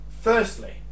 Firstly